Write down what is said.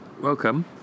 Welcome